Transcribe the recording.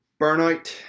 Burnout